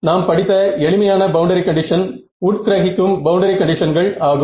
நாம் படித்த எளிமையான பவுண்டரி கண்டிஷன் உட்கிரகிக்கும் பவுண்டரி கண்டிஷன்கள் ஆகும்